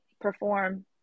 perform